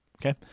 Okay